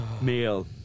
male